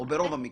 ברוב המקרים?